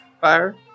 fire